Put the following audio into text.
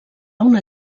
una